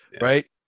Right